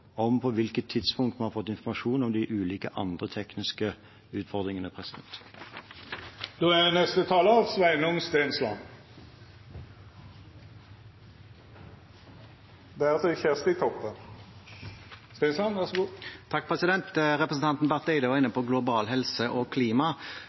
har fått informasjon om de ulike andre tekniske utfordringene. Representanten Barth Eide var inne på global helse og klima. Det er